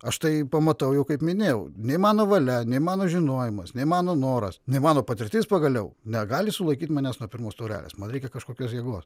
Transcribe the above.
aš tai pamatau jau kaip minėjau nei mano valia nei mano žinojimas nei mano noras nei mano patirtis pagaliau negali sulaikyti manęs nuo pirmos taurelės man reikia kažkokios jėgos